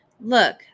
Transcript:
Look